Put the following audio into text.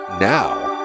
now